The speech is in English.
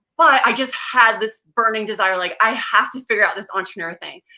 but i just had this burning desire, like i have to figure out this entrepreneur thing.